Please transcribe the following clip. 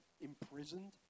imprisoned